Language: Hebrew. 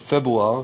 בפברואר: